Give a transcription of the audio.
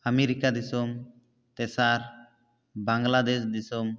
America ᱫᱤᱥᱚᱢ ᱛᱮᱥᱟᱨ ᱵᱟᱝᱞᱟᱫᱮᱥ ᱫᱤᱥᱚᱢ